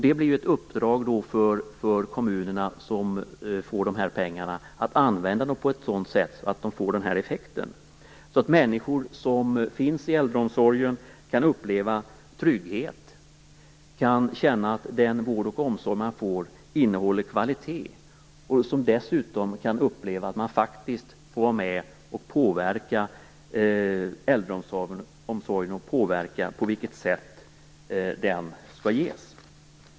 Det blir då ett uppdrag för de kommuner som får dessa pengar att använda dem på ett sådant sätt att effekten blir att människor i äldreomsorgen kan uppleva trygghet, kan känna att den vård och omsorg som de får innehåller kvalitet och dessutom kan uppleva att de faktiskt får vara med och påverka äldreomsorgen och det sätt på vilket den skall ges.